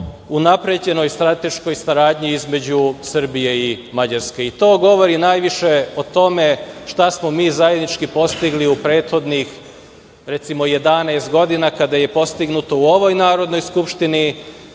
unapređenoj strateškoj saradnji između Srbije i Mađarske? To govori najviše o tome šta smo mi zajednički postigli u prethodnih 11 godina, kada je postignuto u ovoj Narodnoj skupštini